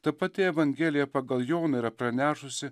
ta pati evangelija pagal joną yra pranešusi